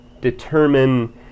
determine